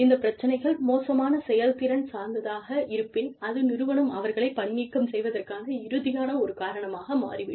இந்த பிரச்சனைகள் மோசமான செயல்திறன் சார்ந்ததாக இருப்பின் அது நிறுவனம் அவர்களை பணிநீக்கம் செய்வதற்கான இறுதியான ஒரு காரணமாக மாறிவிடும்